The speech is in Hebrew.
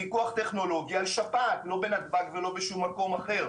פיקוח טכנולוגי על שפעת בנתב"ג ובשום מקום אחר.